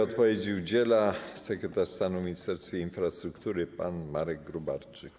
Odpowiedzi udziela sekretarz stanu w Ministerstwie Infrastruktury pan Marek Gróbarczyk.